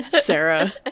Sarah